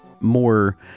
more